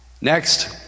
Next